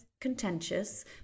contentious